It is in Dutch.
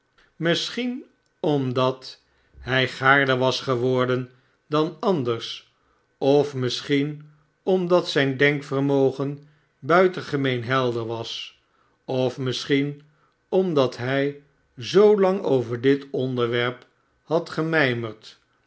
misschien omdat hij gaarder was geworden dan anders of misschien omdat zijn denk vermogen buitengemeen helder was of misschien omdat hij zoolang over dit onderwerp had gemijmerd